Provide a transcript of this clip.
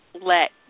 let